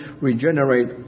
regenerate